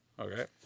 Okay